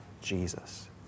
Jesus